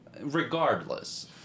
regardless